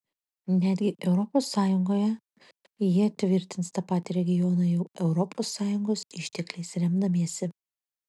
netgi europos sąjungoje jie tvirtins tą patį regioną jau europos sąjungos ištekliais remdamiesi